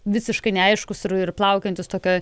visiškai neaiškus ir plaukiojantis tokioj